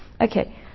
Okay